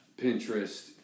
Pinterest